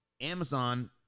Amazon